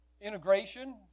integration